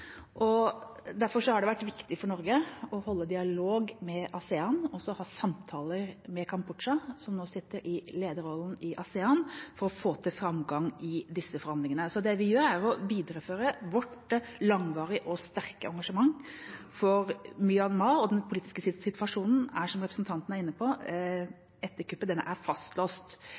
Derfor har det vært viktig for Norge å holde dialog med ASEAN og også ha samtaler med Kambodsja, som nå sitter i lederrollen i ASEAN, for å få til framgang i disse forhandlingene. Det vi gjør, er å videreføre vårt langvarige og sterke engasjement for Myanmar. Den politiske situasjonen etter kuppet er fastlåst, som representanten er inne på. Det vi gjør, er